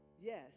Yes